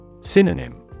Synonym